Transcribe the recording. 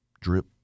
drip